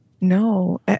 No